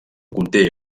conté